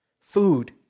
Food